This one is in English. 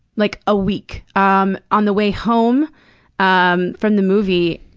like, a week. um on the way home um from the movie,